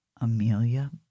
Amelia